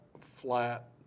flat